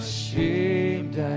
Ashamed